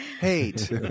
hate